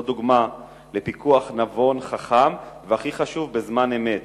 זו דוגמה לפיקוח נבון, חכם, והכי חשוב, בזמן אמת,